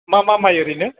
मा मा माइ ओरैनो